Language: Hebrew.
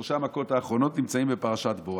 שלוש המכות האחרונות נמצאות בפרשת בוא,